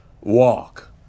walk